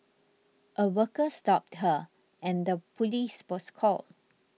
a worker stopped her and the police was called